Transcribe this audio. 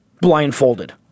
Blindfolded